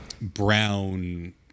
brown